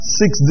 six